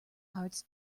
hearts